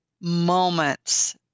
moments